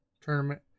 tournament